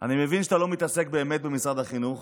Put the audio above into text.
אני מבין שאתה לא מתעסק באמת במשרד החינוך,